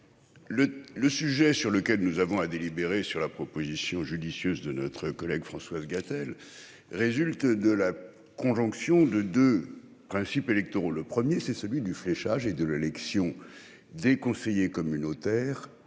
le sujet sur lequel nous avons à délibérer sur la proposition judicieuse de notre collègue Françoise Gatel résulte de la conjonction de 2 principes électoraux le 1er c'est celui du fléchage et de l'élection des conseillers communautaires